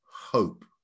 hope